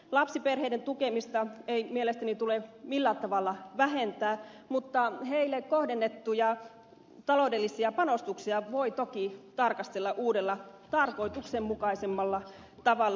lapsiperheiden tukemista ei mielestäni tule millään tavalla vähentää mutta heille kohdennettuja taloudellisia panostuksia voi toki tarkastella uudella tarkoituksenmukaisemmalla tavalla